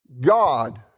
God